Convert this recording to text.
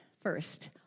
first